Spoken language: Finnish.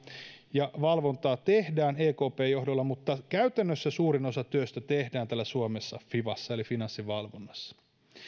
ja valvontaa tehdään ekpn johdolla mutta käytännössä suurin osa työstä tehdään täällä suomessa fivassa eli finanssivalvonnassa